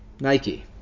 Nike